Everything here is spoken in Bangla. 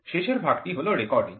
শেষের ভাগটি হল রেকর্ডিং